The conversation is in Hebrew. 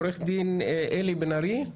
עורך דין אלי בן ארי,